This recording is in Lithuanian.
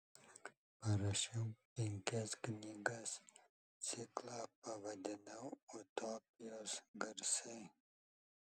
parašiau penkias knygas ciklą pavadinau utopijos garsai